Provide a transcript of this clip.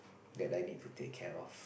that I need to take care of